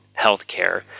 healthcare